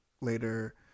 later